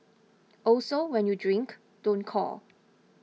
also when you drink don't call